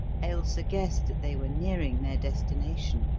ailsa guessed that they were nearing their destination.